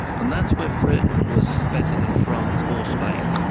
and that's where britain was better than france or spain.